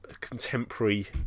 contemporary